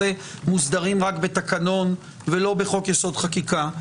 מוסדרים רק בתקנון ולא בחוק-יסוד: חקיקה.